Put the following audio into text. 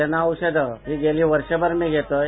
जनबौषधं ही येली वर्षभर मी घेतोष